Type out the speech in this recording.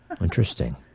Interesting